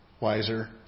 wiser